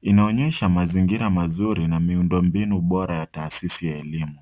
Inaonyesha mazingira mazuri na miundo mbinu bora ya taasisi ya elimu.